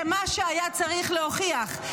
זה מה שהיה צריך להוכיח,